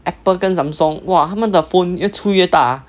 Apple 跟 Samsung !wah! 他们的 phone 越出越大